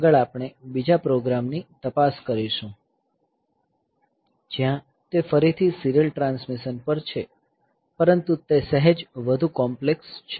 આગળ આપણે બીજા પ્રોગ્રામની તપાસ કરીશું જ્યાં તે ફરીથી સીરીયલ ટ્રાન્સમિશન પર છે પરંતુ તે સહેજ વધુ કોમ્પ્લેક્સ છે